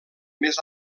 més